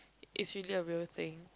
it's really a real thing